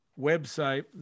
website